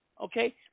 okay